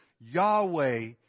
Yahweh